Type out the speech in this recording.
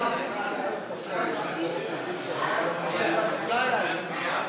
של אזולאי להצביע.